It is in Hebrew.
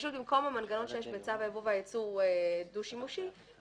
במקום המנגנון שיש בצו הייבוא והייצוא דו שימושי,